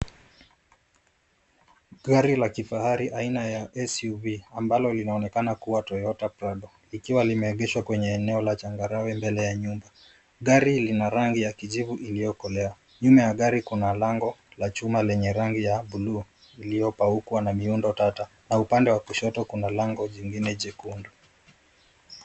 Gari la kifahari aina ya SUV ambalo linaonekana kuwa toyota prado likiwa limeegeshwa kwenye eneo la changarawe mbele ya nyumba. Gari lina rangi ya kijivu iliyokolea .Nyuma ya gari kuna lango la chuma lenye rangi ya buluu iliyokopaukwa miundo tata na upande wa kushoto kuna lango jingine jekundu.